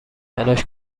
تلاش